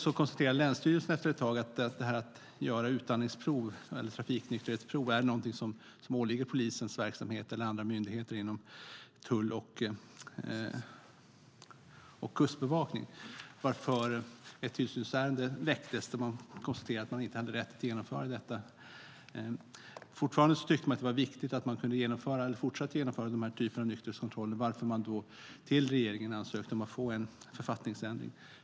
Dock konstaterade länsstyrelsen efter ett tag att detta att göra utandningsprov eller trafiknykterhetsprov är något som åligger polisen eller andra myndigheter inom tull och kustbevakning, varför ett tillsynsärende väcktes där det konstaterades att Ystads hamn inte hade rätt att genomföra detta. Fortfarande tyckte man dock att det var viktigt att denna typ av nykterhetskontroll kunde fortsätta att genomföras, varför man till regeringen ansökte om att få en författningsändring.